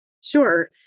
Sure